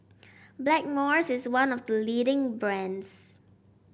Blackmores is one of the leading brands